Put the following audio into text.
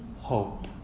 hope